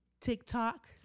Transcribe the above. TikTok